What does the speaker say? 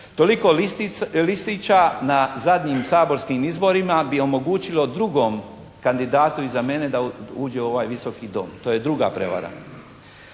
Toliko listića na zadnjim saborskim izborima bi omogućilo drugom kandidatu iza mene da uđe u ovaj Visoki dom, to je druga prevara.